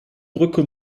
brücke